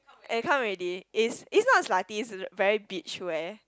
eh come already it's it's not slutty it's very beach wear